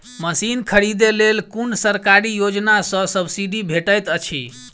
Machine खरीदे लेल कुन सरकारी योजना सऽ सब्सिडी भेटैत अछि?